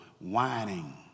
whining